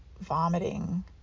vomiting